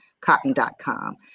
cotton.com